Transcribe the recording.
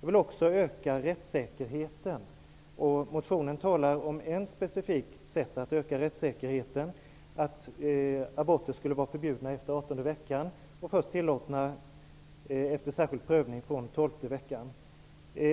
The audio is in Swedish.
Jag vill också öka rättssäkerheten. I motionen talas det om ett specifikt sätt att öka rättssäkerheten. Det sägs att aborter skulle vara förbjudna efter 18:e veckan och först vara tillåtna efter särskild prövning från 12:e veckan.